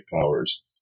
powers